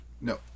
no